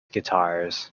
guitars